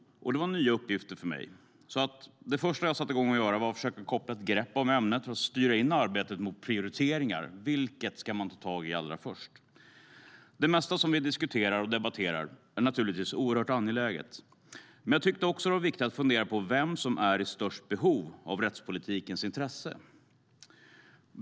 Det var nya uppgifter för mig, så det första jag satte igång att göra var att försöka koppla ett grepp om ämnet för att styra in arbetet mot prioriteringar. Vilket ska man ta tag i allra först? Det mesta som vi diskuterar och debatterar är naturligtvis oerhört angeläget. Men jag tyckte att det var viktigt att fundera på vem som är i störst behov av rättspolitikens intresse.